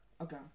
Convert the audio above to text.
Okay